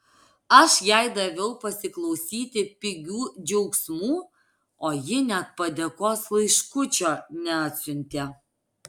aš jai daviau pasiklausyti pigių džiaugsmų o ji net padėkos laiškučio neatsiuntė